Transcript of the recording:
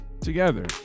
together